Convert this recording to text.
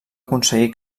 aconseguir